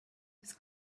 was